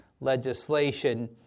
legislation